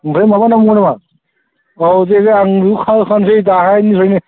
ओमफ्राय माबा नांबावगौ नामा औ दे दे आं खाहांनोसै दाहायनिफ्रायनो